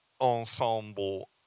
ensemble